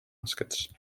muskets